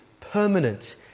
permanent